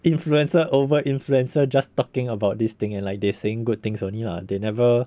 influencer over influencer just talking about this thing and like they saying good things only lah they never